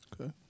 Okay